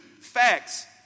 facts